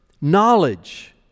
knowledge